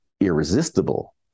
irresistible